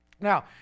Now